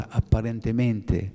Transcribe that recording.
apparentemente